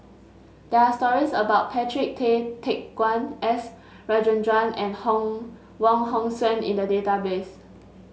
there are stories about Patrick Tay Teck Guan S Rajendran and Hong Wong Hong Suen in the database